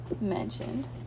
mentioned